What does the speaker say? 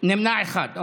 נמנע אחד.